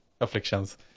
afflictions